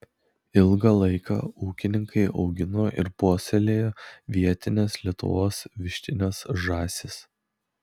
ilgą laiką ūkininkai augino ir puoselėjo vietines lietuvos vištines žąsis